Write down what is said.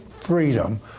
freedom